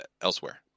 elsewhere